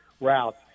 routes